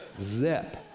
zip